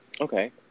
Okay